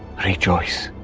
rejoice,